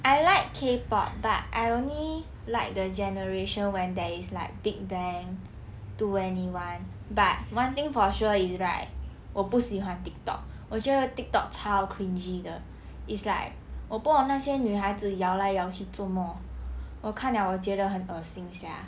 I like K pop but I only like the generation when there is like big bang two N E one but one thing for sure is right 我不喜欢 tiktok 我觉得 tiktok 超 cringey 的 it's like 我不懂那些女孩子摇来摇去做么我看了我觉得很恶心 sia